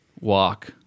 walk